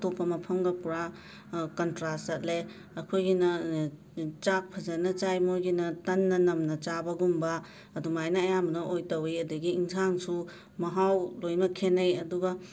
ꯑꯇꯣꯞꯄ ꯃꯐꯝꯒ ꯄꯨꯔꯥ ꯀꯟꯇ꯭ꯔꯥꯁ ꯆꯠꯂꯦ ꯑꯩꯈꯣꯏꯒꯤꯅ ꯆꯥꯛ ꯐꯖꯅ ꯆꯥꯏ ꯃꯣꯏꯒꯤꯅ ꯇꯟꯅ ꯅꯝꯅ ꯆꯥꯕꯒꯨꯝꯕ ꯑꯗꯨꯃꯥꯏꯅ ꯑꯌꯥꯝꯕꯅ ꯑꯣꯏ ꯇꯧꯋꯤ ꯑꯗꯒꯤ ꯏꯟꯖꯥꯡꯁꯨ ꯃꯍꯥꯎ ꯂꯣꯏꯅ ꯈꯦꯟꯅꯩ ꯑꯗꯨꯒ